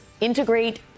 integrate